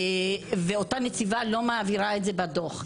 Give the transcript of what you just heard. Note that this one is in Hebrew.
ואותה נציבה לא מעבירה את זה בדוח.